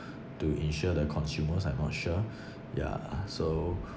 to insure the consumers I'm not sure yeah so